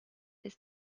ist